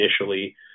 initially